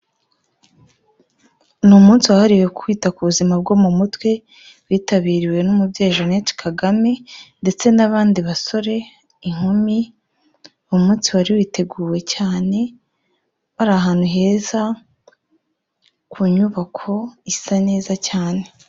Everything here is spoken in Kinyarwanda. Ni umunsi wahariwe kwita ku buzima bwo mu mutwe, witabiriwe n'umubyeyi Jeannette Kagame ndetse n'abandi basore, inkumi. Uwo munsi wari witeguwe cyane, bari ahantu heza ku nyubako isa neza cyane.